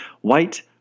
White